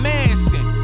Manson